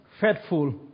faithful